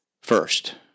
first